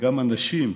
וגם הנשים,